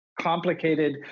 complicated